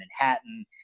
Manhattan